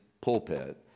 pulpit